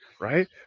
Right